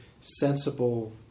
sensible